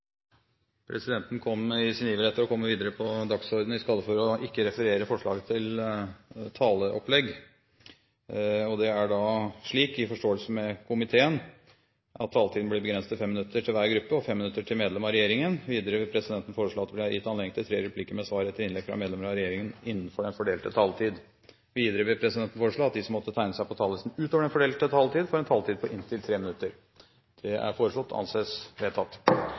presidenten foreslå at taletiden blir begrenset til 5 minutter til hver gruppe og 5 minutter til medlemmer av regjeringen. Videre vil presidenten foreslå at det blir gitt anledning til tre replikker med svar etter innlegg fra medlemmer av regjeringen innenfor den fordelte taletid. Videre vil presidenten foreslå at de som måtte tegne seg på talerlisten utover den fordelte taletid, får en taletid på inntil 3 minutter. – Det anses vedtatt.